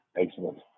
Excellent